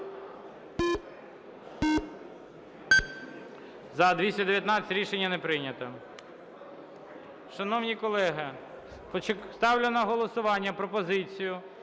За-219 Рішення не прийнято. Шановні колеги, ставлю на голосування пропозицію